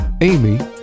Amy